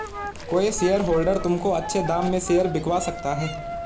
कोई शेयरहोल्डर तुमको अच्छे दाम में शेयर बिकवा सकता है